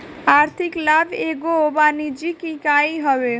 आर्थिक लाभ एगो वाणिज्यिक इकाई हवे